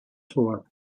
floor